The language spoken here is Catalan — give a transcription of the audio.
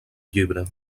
llibre